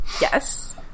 Yes